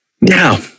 Now